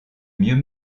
mieux